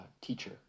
teacher